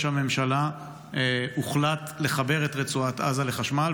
הממשלה הוחלט לחבר את רצועת עזה לחשמל,